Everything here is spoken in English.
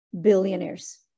billionaires